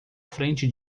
frente